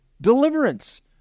deliverance